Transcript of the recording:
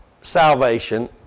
salvation